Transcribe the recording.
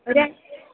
ഒരു